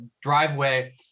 driveway